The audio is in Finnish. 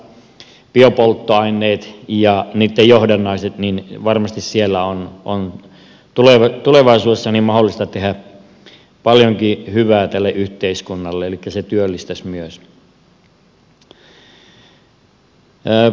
biomassa biopolttoaineet ja niitten johdannaiset varmasti siellä on tulevaisuudessa mahdollista tehdä paljonkin hyvää tälle yhteiskunnalle elikkä se työllistäisi myös